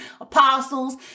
apostles